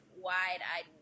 wide-eyed